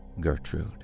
Gertrude